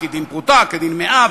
כי דין פרוטה כדין מאה,